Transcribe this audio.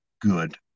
good